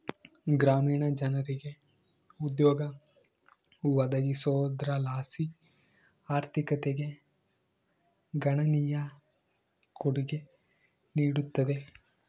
ಗ್ರಾಮೀಣ ಜನರಿಗೆ ಉದ್ಯೋಗ ಒದಗಿಸೋದರ್ಲಾಸಿ ಆರ್ಥಿಕತೆಗೆ ಗಣನೀಯ ಕೊಡುಗೆ ನೀಡುತ್ತದೆ